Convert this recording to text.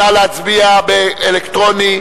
נא להצביע אלקטרונית.